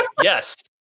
yes